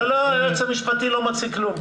לא, היועץ המשפטי לא מציג כלום.